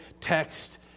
text